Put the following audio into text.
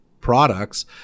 products